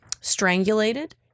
Strangulated